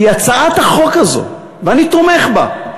כי הצעת החוק הזאת, ואני תומך בה,